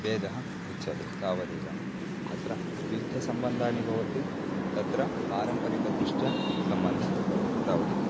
भेदः उच्यते तावदेव अत्र युद्धसम्बन्धाः भवन्ति तत्र पारम्परिकदृष्ट्या सम्बन्धः भवति तावदेव